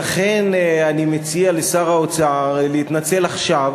לכן, אני מציע לשר האוצר להתנצל עכשיו,